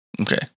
Okay